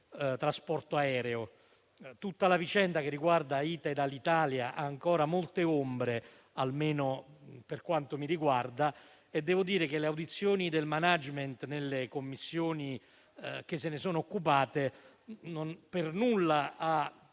trasporto aereo. Tutta la vicenda che riguarda Ita e Alitalia ha ancora molte ombre, almeno per quanto mi riguarda, e devo dire che le audizioni del *management* nelle Commissioni competenti non hanno per nulla